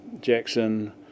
Jackson